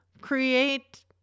create